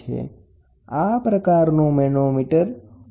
તો આ બધુ આપણે અહીં સમજાવ્યુ છે